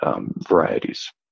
varieties